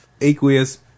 aqueous